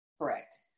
correct